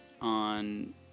on